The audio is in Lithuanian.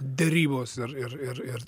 derybos ir ir ir ir